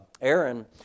Aaron